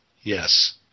Yes